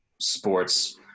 sports